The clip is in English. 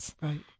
Right